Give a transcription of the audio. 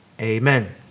Amen